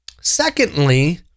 Secondly